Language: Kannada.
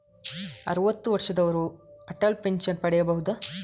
ಅರುವತ್ತು ವರ್ಷದವರು ಅಟಲ್ ಪೆನ್ಷನ್ ಪಡೆಯಬಹುದ?